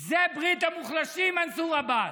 זה ברית המוחלשים, מנסור עבאס.